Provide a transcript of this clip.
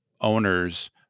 owners